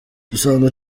dusanzwe